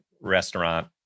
restaurant